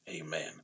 Amen